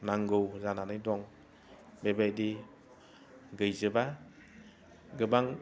नांगौ जानानै दं बेबायदि गैजोबा गोबां